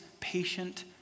patient